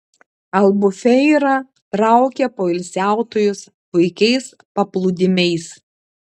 albufeira traukia poilsiautojus puikiais paplūdimiais